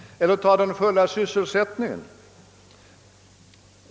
Eller ta den fulla sysselsättningen!